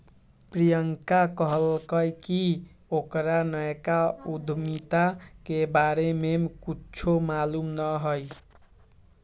प्रियंका कहलकई कि ओकरा नयका उधमिता के बारे में कुछो मालूम न हई